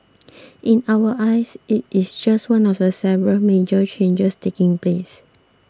in our eyes it is just one of the several major changes taking place